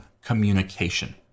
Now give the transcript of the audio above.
communication